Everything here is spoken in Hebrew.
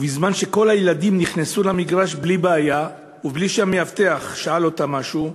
ובזמן שכל הילדים נכנסו למגרש בלי בעיה ובלי שהמאבטח שאל אותם משהו,